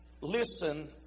listen